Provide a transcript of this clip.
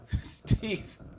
Steve